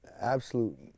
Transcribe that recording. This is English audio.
absolute